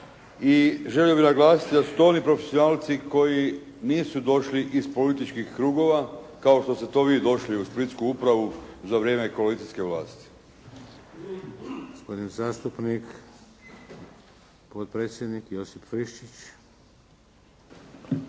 i želio bih naglasiti da su to oni profesionalci koji nisu došli iz političkih krugova kao što ste to vi došli u splitsku upravu za vrijeme koalicijske vlasti. **Šeks, Vladimir (HDZ)** Gospodin zastupnik i potpredsjednik, Josip Friščić.